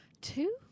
Two